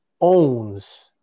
owns